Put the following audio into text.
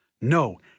No